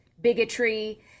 bigotry